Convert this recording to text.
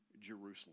Jerusalem